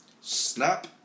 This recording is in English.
Snap